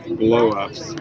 blow-ups